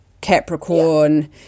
Capricorn